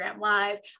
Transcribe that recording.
live